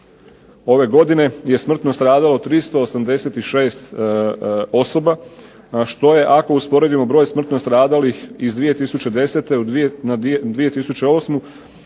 ove godine je smrtno stradalo 386 osoba, što je ako usporedimo broj smrtno stradalih iz 2010. na 2008.